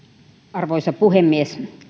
arvoisa puhemies